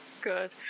Good